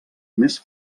més